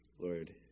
Lord